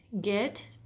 Get